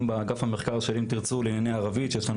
באגף המחקר לענייני ערבית של אם תרצו יש לנו